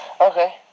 Okay